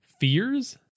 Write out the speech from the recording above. fears